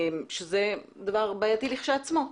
מה גם שזה דבר בעייתי לכשעצמו?